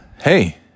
Hey